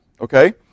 Okay